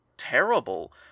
terrible